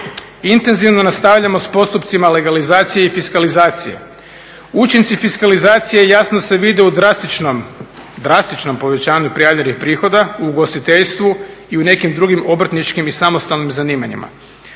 Intenzivno nastavljamo sa postupcima legalizacije i fiskalizacije. Učinci fiskalizacije jasno se vide u drastičnom, drastičnom povećanju prijavljenih prihoda u ugostiteljstvu i u nekim drugim obrtničkim i samostalnim zanimanjima.